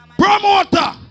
promoter